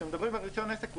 כשמדברים על רישיון עסק,